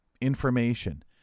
information